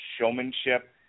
showmanship